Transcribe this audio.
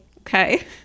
Okay